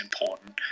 important